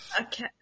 Okay